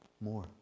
More